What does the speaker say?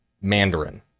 Mandarin